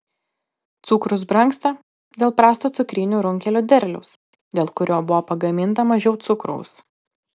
cukrus brangsta dėl prasto cukrinių runkelių derliaus dėl kurio buvo pagaminta mažiau cukraus